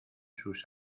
sus